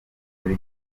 muri